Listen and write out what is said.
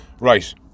right